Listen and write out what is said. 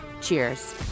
Cheers